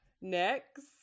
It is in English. next